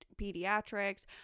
pediatrics